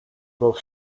both